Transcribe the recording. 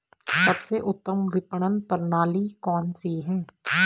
सबसे उत्तम विपणन प्रणाली कौन सी है?